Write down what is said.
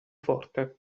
forte